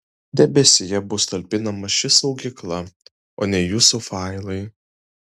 debesyje bus talpinama ši saugykla o ne jūsų failai